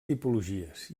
tipologies